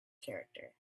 character